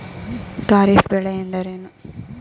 ಖಾರಿಫ್ ಬೆಳೆ ಎಂದರೇನು?